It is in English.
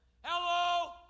Hello